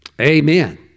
Amen